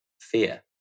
fear